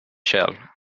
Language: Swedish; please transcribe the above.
själv